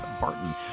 Barton